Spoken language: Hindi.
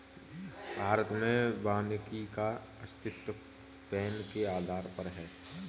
भारत में वानिकी का अस्तित्व वैन के आधार पर है